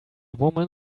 woman